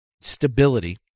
stability